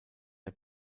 der